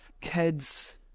kids